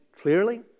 clearly